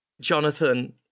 Jonathan